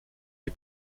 les